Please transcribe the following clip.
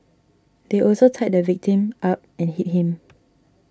they also tied the victim up and hit him